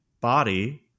body